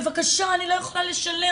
בבקשה אני לא יכולה לשלם,